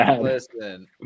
listen